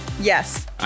Yes